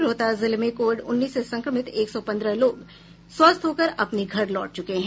रोहतास जिले में कोविड उन्नीस से संक्रमित एक सौ पन्द्रह लोग स्वस्थ होकर अपने घर लौट चूके हैं